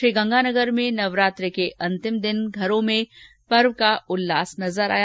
श्रीगंगानगर में नवरात्रि के अंतिम दिन घर मंदिर्रो में पर्व का उल्लास नजर आया